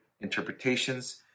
interpretations